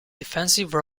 defensive